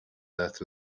earth